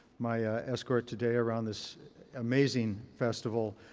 my escort today around this amazing festival.